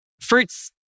fruits